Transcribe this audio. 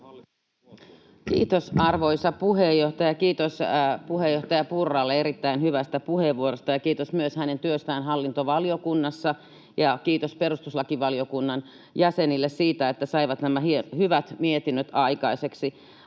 Kiitos, arvoisa puheenjohtaja! Kiitos puheenjohtaja Purralle erittäin hyvästä puheenvuorosta ja kiitos myös hänen työstään hallintovaliokunnassa, ja kiitos perustuslakivaliokunnan jäsenille siitä, että saivat nämä hyvät mietinnöt aikaiseksi.